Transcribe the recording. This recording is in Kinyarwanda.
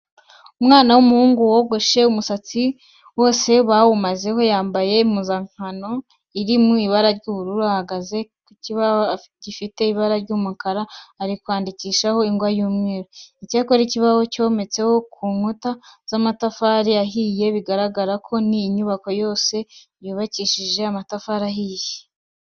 Umwana w'umuhungu wogoshe umusatsi wose bawumazeho, yambaye impuzankano iri mu ibara ry'ubururu ahagaze ku kibaho gifite ibara ry'umukara ari kwandikishaho ingwa y'umweru. Icyo kibaho cyometse ku nkuta z'amatafari ahiye, bigaragara ko n'inyubako yose yubakishije amatafari ahiye.